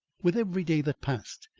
with every day that passed,